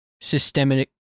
systemic